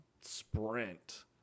sprint